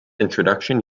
introduction